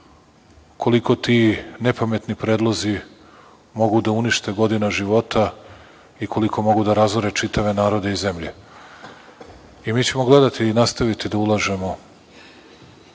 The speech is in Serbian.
koliko ti nepametni predlozi mogu da unište godina života i koliko mogu da razore čitave narode i zemlje. Mi ćemo gledati i nastaviti da ulažemo